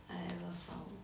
I ever found